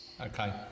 Okay